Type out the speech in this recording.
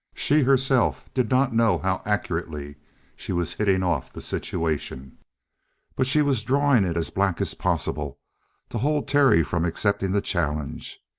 she herself did not know how accurately she was hitting off the situation but she was drawing it as black as possible to hold terry from accepting the challenge.